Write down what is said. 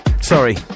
sorry